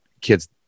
kids